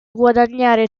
guadagnare